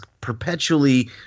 perpetually